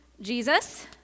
Jesus